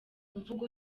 mvugo